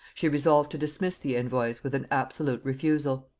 she resolved to dismiss the envoys with an absolute refusal.